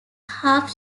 half